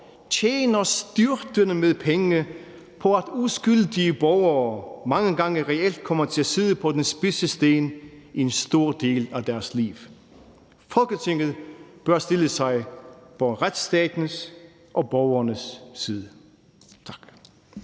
tjener styrtende med penge på, at uskyldige borgere mange gange reelt kommer til at sidde på den spidse sten en stor del af deres liv. Folketinget bør stille sig på retsstatens og borgernes side. Tak.